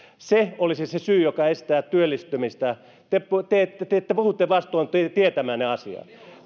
olisi se syy joka estää työllistymistä niin te puhutte vastoin tietämäänne asiaa